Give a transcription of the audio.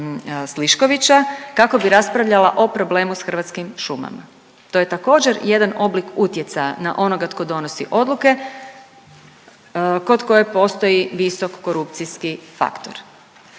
Sliškovića kako bi raspravljala o problemu sa Hrvatskim šumama. To je također jedan oblik utjecaja na onoga tko donosi odluke kod koje postoji visok korupcijski faktor.